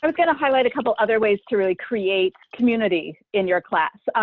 um kind of highlight a couple other ways to really create community in your class,